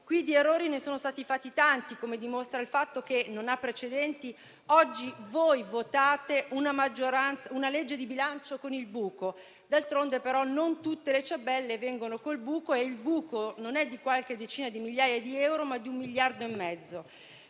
qui di errori ne sono stati fatti tanti, come dimostra il fatto - non ha precedenti - che oggi voi votate una legge di bilancio con il buco: d'altronde, non tutte le ciambelle riescono col buco, anche se il buco non è di qualche decina di migliaia di euro, ma è di 1,5 miliardi.